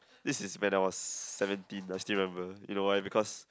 this is when I was seventeen I still remember you know why because